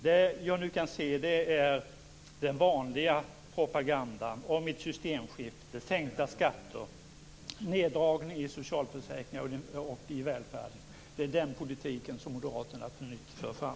Det som jag nu kan se är den vanliga propagandan om ett systemskifte, sänkta skatter och neddragningar i socialförsäkringarna och i välfärden. Det är den politiken som Moderaterna på nytt för fram.